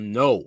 no